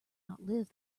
outlive